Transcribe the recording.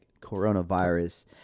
coronavirus